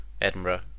Edinburgh